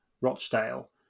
Rochdale